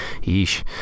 Yeesh